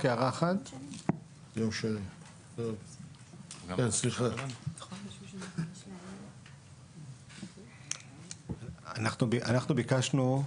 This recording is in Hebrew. אנחנו ביקשנו,